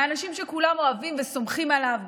מהאנשים שכולם אוהבים וסומכים עליהם,